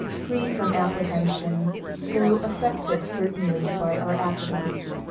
free from apprehension though affected, certainly, by our actions.